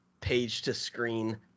page-to-screen